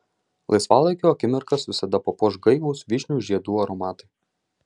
laisvalaikio akimirkas visada papuoš gaivūs vyšnių žiedų aromatai